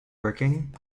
working